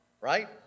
Right